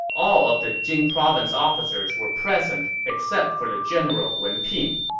all of the jing province officers were present except for the general wen pin.